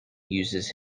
uses